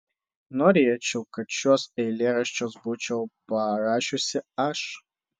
norėčiau kad šiuos eilėraščius būčiau parašiusi aš